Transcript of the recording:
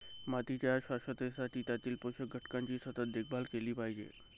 मातीच्या शाश्वततेसाठी त्यातील पोषक घटकांची सतत देखभाल केली पाहिजे